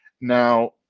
Now